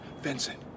Vincent